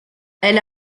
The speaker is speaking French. elle